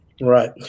Right